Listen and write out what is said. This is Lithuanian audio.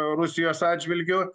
rusijos atžvilgiu